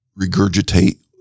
regurgitate